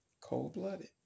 cold-blooded